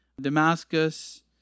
Damascus